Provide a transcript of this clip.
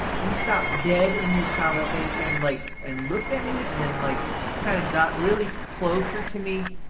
he stopped dead in his conversation, like and looked at me and then like kind of got really closer to me,